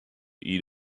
eat